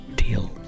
deal